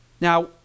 Now